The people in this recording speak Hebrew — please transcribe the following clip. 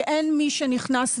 שאין מי שנכנס ורואה.